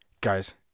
Guys